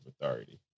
authority